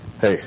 Hey